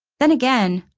then again,